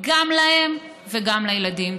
גם להם וגם לילדים.